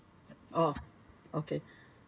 oh okay